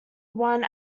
one